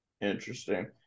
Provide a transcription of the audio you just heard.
Interesting